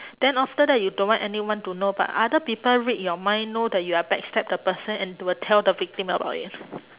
then after that you don't want anyone to know but other people read your mind know that you are back stab the person and will tell the victim about it